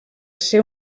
ser